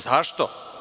Zašto?